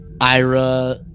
Ira